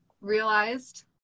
realized